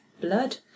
blood